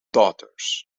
daughters